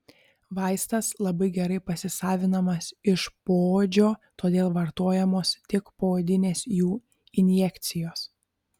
vaistas labai gerai pasisavinamas iš poodžio todėl vartojamos tik poodinės jų injekcijos